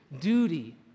duty